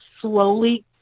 slowly